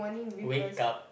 wake up